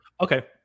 okay